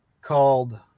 called